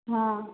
ହଁ